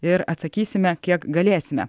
ir atsakysime kiek galėsime